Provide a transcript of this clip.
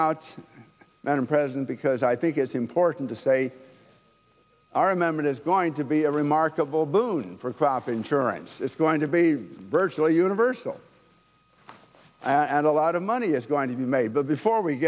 out and i'm present because i think it's important to say our members is going to be a remarkable boon for crop insurance it's going to be virtually universal and a lot of money is going to be made but before we